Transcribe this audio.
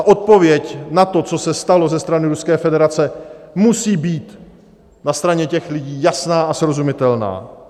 Odpověď na to, co se stalo ze strany Ruské federace, musí být na straně těch lidí jasná a srozumitelná.